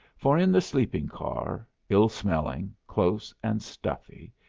for, in the sleeping-car, ill-smelling, close and stuffy,